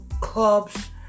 clubs